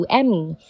Emmy